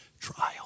trial